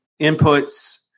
inputs